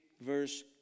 verse